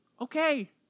Okay